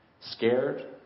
Scared